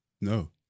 No